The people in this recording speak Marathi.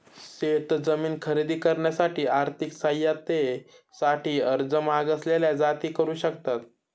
शेत जमीन खरेदी करण्यासाठी आर्थिक सहाय्यते साठी अर्ज मागासलेल्या जाती करू शकतात